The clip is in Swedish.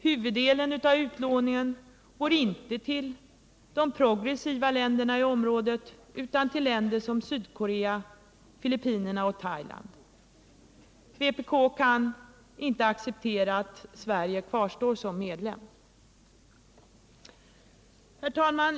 Huvuddelen av utlåningen går inte till de progressiva länderna i området utan till länder som Sydkorea, Filippinerna och Thailand. Vpk kan inte acceptera att Sverige kvarstår som medlem. Herr talman!